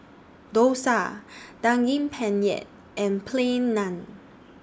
Dosa Daging Penyet and Plain Naan